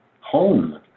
home